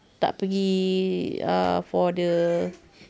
tak pergi err for the